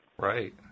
Right